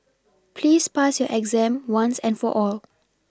please pass your exam once and for all